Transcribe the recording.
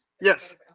Yes